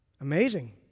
Amazing